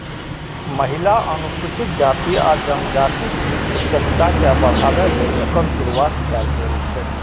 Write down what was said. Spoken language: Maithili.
महिला, अनुसूचित जाति आ जनजातिक बीच उद्यमिता के बढ़ाबै लेल एकर शुरुआत कैल गेल छै